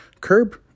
curb